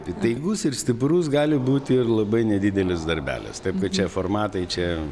įtaigus ir stiprus gali būti ir labai nedidelis darbelis taip kad čia formatai čia